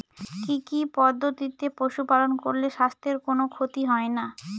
কি কি পদ্ধতিতে পশু পালন করলে স্বাস্থ্যের কোন ক্ষতি হয় না?